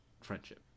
friendship